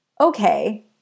okay